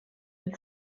and